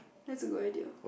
that's a good idea